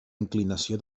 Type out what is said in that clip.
inclinació